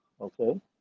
Okay